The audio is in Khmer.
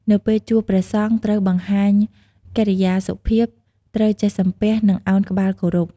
នៅពេលជួបព្រះសង្ឃត្រូវបង្ហាញកិរិយាសុភាព ត្រូវចេះសំពះ និងឱនក្បាលគោរព។